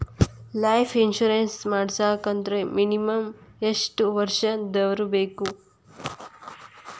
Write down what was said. Life insurance ಮಾಡ್ಸ್ಬೇಕಂದ್ರ minimum ಯೆಷ್ಟ್ ವರ್ಷ ದವ್ರಿರ್ಬೇಕು?